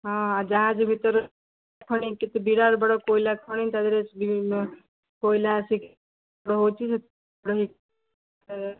ହଁ ଯାହାଜ ଭିତରୁ ଖଣି ବିରାଟ ବଡ଼ କୋଇଲା ଖଣି ତା ଦେହରେ କୋଇଲା ଆସିକି ରହୁଛି